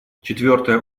четвертая